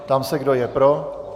Ptám se, kdo je pro.